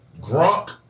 Gronk